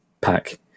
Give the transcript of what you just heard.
pack